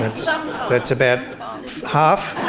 that's um that's about half.